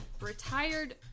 retired